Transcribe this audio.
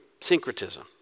Syncretism